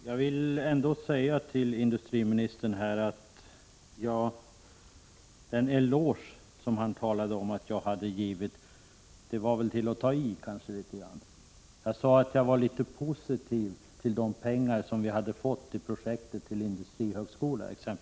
Herr talman! När industriministern talade om att jag givit honom en eloge var det kanske att ta i litet grand. Jag sade att jag var positiv till de pengar vi fått exempelvis till projektet om en industrihögskola.